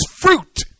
fruit